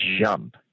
jump